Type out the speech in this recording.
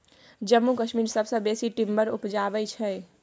जम्मू कश्मीर सबसँ बेसी टिंबर उपजाबै छै